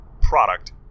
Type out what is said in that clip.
product